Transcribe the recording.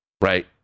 right